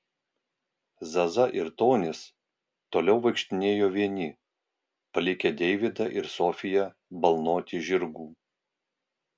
zaza ir tonis toliau vaikštinėjo vieni palikę deividą ir sofiją balnoti žirgų